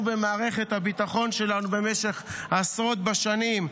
במערכת הביטחון שלנו במשך עשרות בשנים,